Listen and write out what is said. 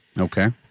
Okay